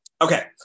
Okay